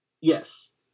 Yes